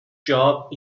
job